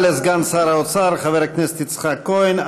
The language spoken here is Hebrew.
תודה לסגן שר האוצר, חבר הכנסת יצחק כהן.